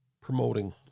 promoting